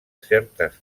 certes